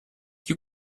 you